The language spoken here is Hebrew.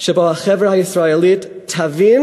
שבו החברה הישראלית תבין